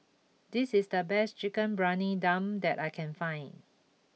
this is the best Chicken Briyani Dum that I can find